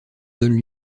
donnent